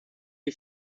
iyi